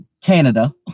Canada